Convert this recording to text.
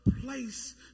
place